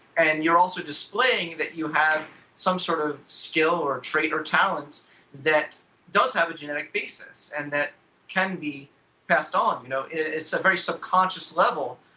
and you are also displaying that you have some sort of skill or trait or talent that does have a generic basis and that can be passed on. you know it's a very subconscious level